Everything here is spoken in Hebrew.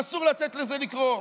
אסור לתת לזה לקרות.